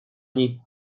niej